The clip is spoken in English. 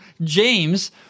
James